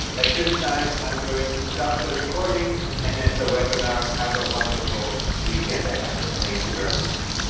at this time, i'm going to stop the recording and end the webinar. have a wonderful weekend ahead. thank you very much.